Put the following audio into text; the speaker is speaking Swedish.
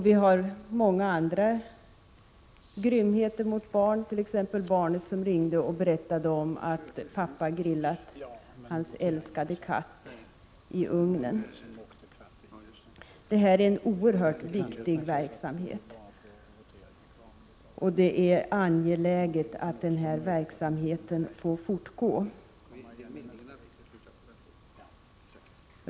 Vi har många andra grymheter mot barn, som t.ex. barnet som ringde och berättade om att pappa grillade hans älskade katt i ugnen. Det här är alltså en oerhört viktig verksamhet, och det är angeläget att den får fortgå.